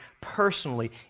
personally